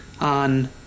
on